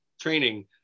training